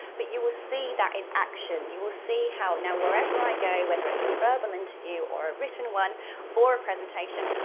but you will see that in action. you will see how, now wherever i go, whether it's a verbal interview or a written one or a presentation,